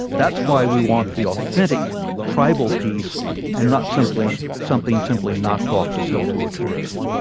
that's why we want the authentic tribal piece and not simply something simply knocked off to sell to a tourist.